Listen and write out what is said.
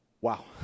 wow